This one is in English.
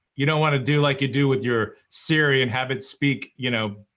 you don't want to do like you do with your siri and have it speak, you know,